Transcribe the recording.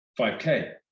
5k